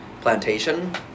Plantation